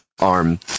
arm